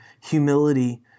humility